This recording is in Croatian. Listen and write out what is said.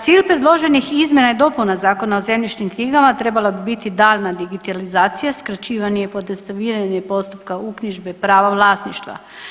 Cilj predloženih izmjena i dopuna Zakona o zemljišnim knjigama trebala bi biti daljnja digitalizacija, skraćivanje i pojednostavljivanje postupka uknjižbe prava vlasništva.